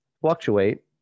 fluctuate